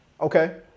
okay